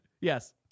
Yes